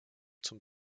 zum